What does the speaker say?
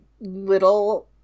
little